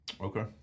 Okay